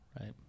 right